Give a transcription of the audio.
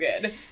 good